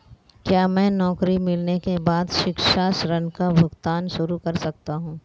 क्या मैं नौकरी मिलने के बाद शिक्षा ऋण का भुगतान शुरू कर सकता हूँ?